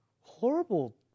Horrible